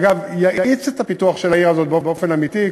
שיאיץ את הפיתוח של העיר הזאת באופן אמיתי,